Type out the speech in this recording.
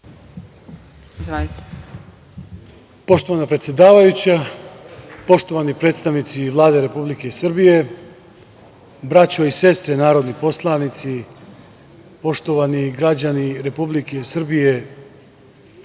Poštovana predsedavajuća, poštovani predstavnici Vlade Republike Srbije, braćo i sestre narodni poslanici, poštovani građani Republike Srbije,